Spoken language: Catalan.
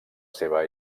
seva